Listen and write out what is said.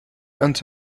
أنت